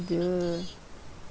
dear